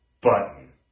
Button